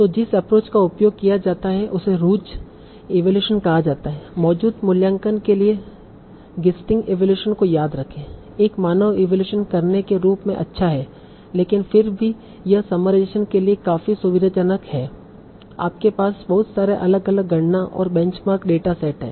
तो जिस एप्रोच का उपयोग किया जाता है उसे रूज इवैल्यूएशन कहा जाता है मौजूदा मूल्यांकन के लिए गिस्तिंग इवैल्यूएशन को याद रखें एक मानव इवैल्यूएशन करने के रूप में अच्छा है लेकिन फिर भी यह समराइजेशन के लिए काफी सुविधाजनक है आपके पास बहुत सारे अलग अलग गणना और बेंचमार्क डेटा सेट हैं